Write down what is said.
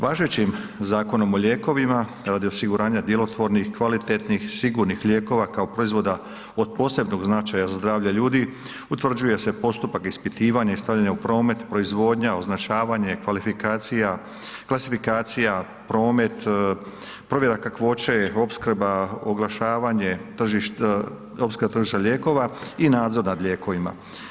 Važećim Zakonom o lijekovima radi osiguranja djelotvornih, kvalitetnih, sigurnih lijekova kao proizvoda od posebnog značaja za zdravlje ljudi utvrđuje se postupak ispitivanja i stavljanja u promet, proizvodnja, označavanje, kvalifikacija, klasifikacija, promet, provjera kakvoće, opskrba, oglašavanje, opskrba tržišta lijekova i nadzor nad lijekovima.